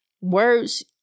words